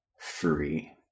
free